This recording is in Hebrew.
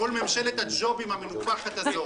כל ממשלת הג'ובים המנופחת הזו